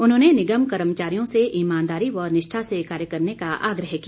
उन्होंने निमम कर्मचारियों से ईमानदारी व निष्ठा से कार्य करने का आग्रह किया